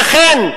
לכן,